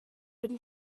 been